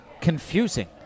confusing